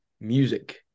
music